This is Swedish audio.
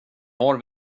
har